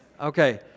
Okay